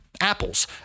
apples